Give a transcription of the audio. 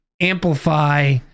amplify